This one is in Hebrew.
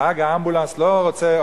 נהג האמבולנס לא רוצה,